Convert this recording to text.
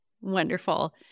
Wonderful